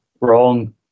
wrong